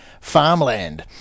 farmland